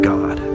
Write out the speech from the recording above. God